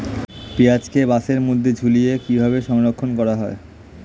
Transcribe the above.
পেঁয়াজকে বাসের মধ্যে ঝুলিয়ে কিভাবে সংরক্ষণ করা হয়?